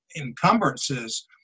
encumbrances